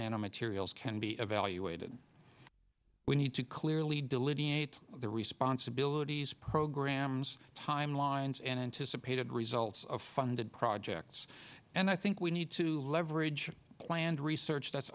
nanomaterials can be evaluated we need to clearly delineate the responsibilities programmes timelines and anticipated results of funded projects and i think we need to leverage planned research that's